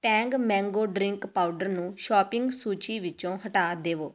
Tang mango drink powder ਨੂੰ shopping ਸੂਚੀ ਵਿੱਚੋਂ ਹਟਾ ਦੇਵੋ